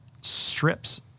strips